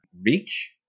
reach